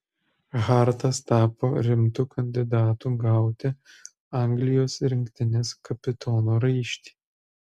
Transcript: hartas tapo rimtu kandidatu gauti anglijos rinktinės kapitono raištį